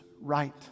right